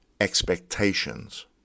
expectations